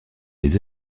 des